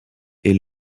est